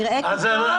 נראה כי טוב,